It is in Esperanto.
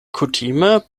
kutime